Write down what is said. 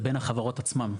זה בין החברות עצמן.